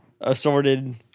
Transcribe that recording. assorted